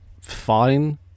fine